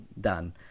done